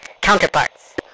counterparts